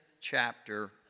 chapter